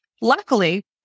Luckily